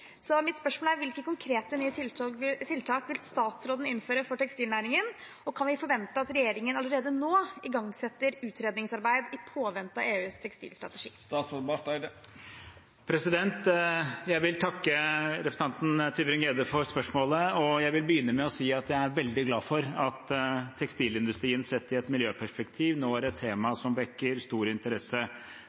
konkrete nye tiltak vil statsråden innføre for tekstilnæringen, og kan vi forvente at regjeringen allerede nå igangsetter utredningsarbeid i påvente av EUs tekstilstrategi?» Jeg vil takke representanten Tybring-Gjedde for spørsmålet. Jeg vil begynne med å si at jeg er veldig glad for at tekstilindustrien sett i et miljøperspektiv nå er et tema som vekker stor interesse,